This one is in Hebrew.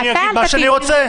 אל תטיפי לי מוסר.